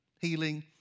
healing